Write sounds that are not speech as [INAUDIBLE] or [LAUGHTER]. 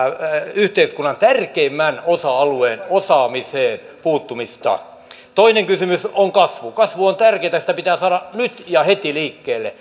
yhteiskunnan tärkeimpään osa alueeseen osaamiseen puuttumista toinen kysymys on kasvu kasvu on tärkeätä ja sitä pitää saada nyt ja heti liikkeelle [UNINTELLIGIBLE]